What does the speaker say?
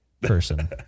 person